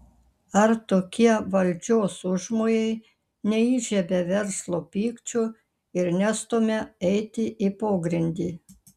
ar tokie valdžios užmojai neįžiebia verslo pykčio ir nestumia eiti į pogrindį